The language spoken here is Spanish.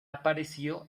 aparecido